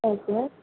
okay